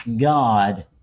God